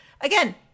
Again